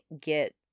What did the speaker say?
get